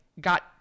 got